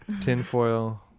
tinfoil